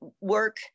work